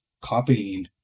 copying